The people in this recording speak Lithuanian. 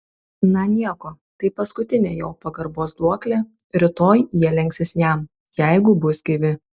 na nieko tai paskutinė jo pagarbos duoklė rytoj jie lenksis jam jeigu bus gyvi